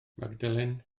magdalen